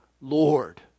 Lord